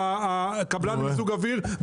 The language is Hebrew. קבלני מיזוג האויר,